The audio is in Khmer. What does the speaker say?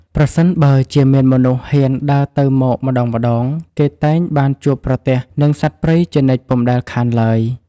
ប្រសិនបើជាមានមនុស្សហ៊ានដើរទៅមកម្ដងៗ គេតែងបានជួបប្រទះនឹងសត្វព្រៃជានិច្ចពុំដែលខានឡើយ ។